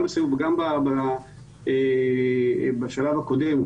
גם בשלב הקודם,